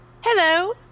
hello